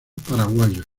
paraguayos